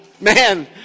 Man